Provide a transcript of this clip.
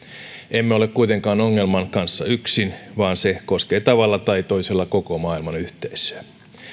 emme ole kuitenkaan ongelman kanssa yksin vaan se koskee tavalla tai toisella koko maailmanyhteisöä